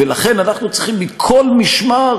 ולכן אנחנו צריכים לשמור מכל משמר,